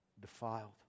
defiled